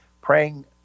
praying